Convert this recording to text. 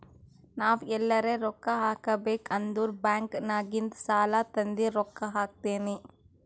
ನಾವ್ ಎಲ್ಲಾರೆ ರೊಕ್ಕಾ ಹಾಕಬೇಕ್ ಅಂದುರ್ ಬ್ಯಾಂಕ್ ನಾಗಿಂದ್ ಸಾಲಾ ತಂದಿ ರೊಕ್ಕಾ ಹಾಕ್ತೀನಿ